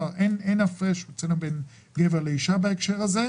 אצלנו בין גבר לאישה בהקשר הזה,